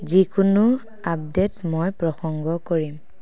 যিকোনো আপডেট মই প্ৰসংগ কৰিম